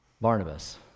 Barnabas